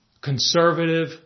Conservative